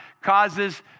causes